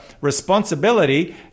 responsibility